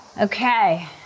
Okay